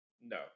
No